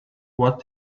what